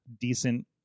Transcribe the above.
decent